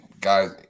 guys